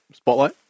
Spotlight